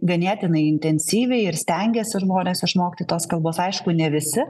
ganėtinai intensyviai ir stengiasi ir nori jos išmokti tos kalbos aišku ne visi